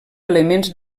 elements